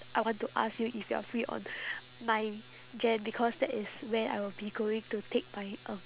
I want to ask you if you are free on nine jan because that is when I will be going to take my um